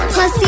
Plus